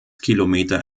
kilometer